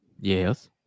Yes